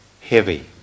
heavy